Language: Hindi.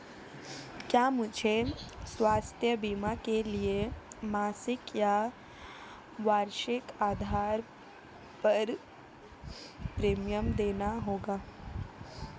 क्या मुझे स्वास्थ्य बीमा के लिए मासिक या वार्षिक आधार पर प्रीमियम देना होगा?